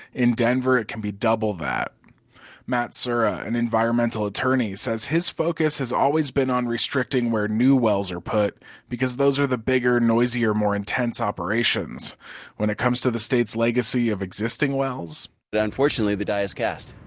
in denver, it can be double that matt sura, an environmental attorney, said his focus has always been on restricting where new wells are put because those are the bigger, noisier, more intense operations. but when it comes to the state's legacy of existing wells, unfortunately the die is cast.